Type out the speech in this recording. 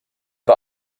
war